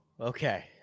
Okay